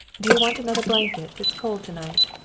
do you want another blanket? it's cold to-night.